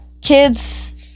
kids